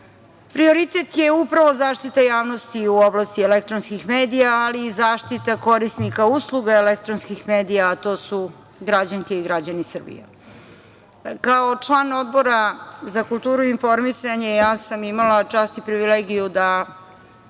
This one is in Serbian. Prioritet je upravo zaštita javnosti u oblasti elektronskih medija, ali i zaštita korisnika usluga elektronskih medija, a to su građanke i građani Srbije. Kao član Odbora za kulturu i informisanje ja sam imala čast i privilegiju da